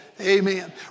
amen